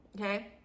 okay